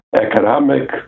economic